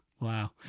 Wow